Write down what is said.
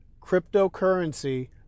cryptocurrency